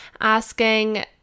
asking